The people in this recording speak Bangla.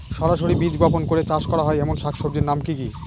সরাসরি বীজ বপন করে চাষ করা হয় এমন শাকসবজির নাম কি কী?